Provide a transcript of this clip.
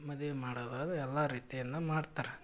ಮದ್ವೆ ಮಾಡೋದು ಎಲ್ಲ ರೀತಿಯಿಂದ ಮಾಡ್ತಾರೆ